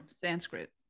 Sanskrit